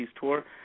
tour